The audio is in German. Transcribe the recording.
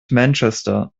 manchester